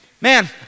Man